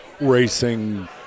racing